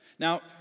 Now